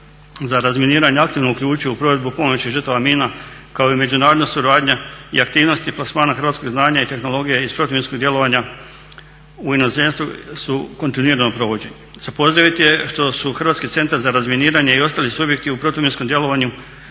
za razminiranje aktivno uključio u provedbu pomoći žrtvama mina kao i međunarodna suradnja i aktivnost plasmana hrvatskog znanja i tehnologije iz protuminskog djelovanja u inozemstvo su kontinuirano provođena. Za pozdraviti je što su Hrvatski centar za razminiranje i ostali subjekti u protuminskom djelovanju